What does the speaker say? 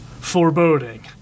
Foreboding